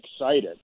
excited